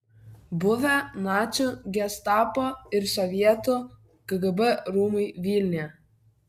buvę nacių gestapo ir sovietų kgb rūmai vilniuje